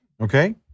Okay